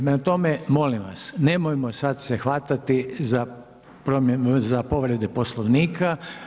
Prema tome molim vas, nemojmo sada se hvatati za povrede Poslovnika.